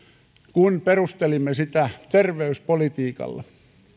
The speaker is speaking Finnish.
kun perustelimme sitä terveyspolitiikalla